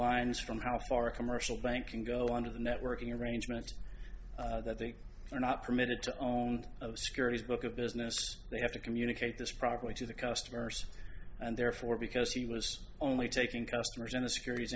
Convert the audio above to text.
lines from how far a commercial bank can go under the networking arrangement that they are not permitted to own of securities book of business they have to communicate this properly to the customers and therefore because he was only taking customers in the securities